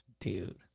Dude